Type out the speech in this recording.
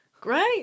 Great